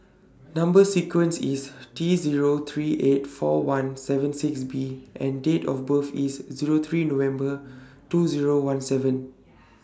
Number sequence IS T Zero three eight four one seven six B and Date of birth IS Zero three November two Zero one seven